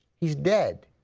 he is dead.